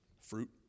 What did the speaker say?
Fruit